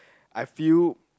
I feel